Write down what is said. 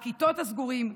הכיתות הסגורות,